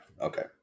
okay